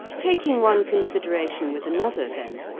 taking one consideration with another, then,